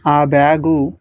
ఆ బ్యాగు